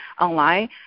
online